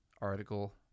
article